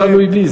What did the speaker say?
זה לא תלוי בי,